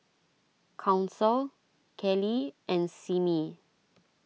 Council Keli and Simmie